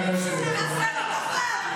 החברים שלך.